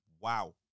wow